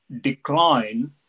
decline